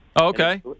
okay